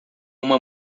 uma